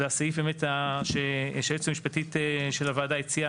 והסעיף שהיועצת המשפטית של הוועדה הציעה,